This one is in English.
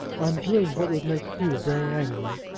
i'm doing what would make hugh very angry.